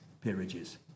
peerages